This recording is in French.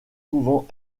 pouvant